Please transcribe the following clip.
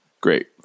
great